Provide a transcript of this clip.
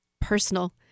personal